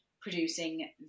producing